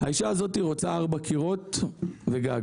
האישה הזאת רוצה ארבע קירות וגג.